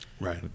Right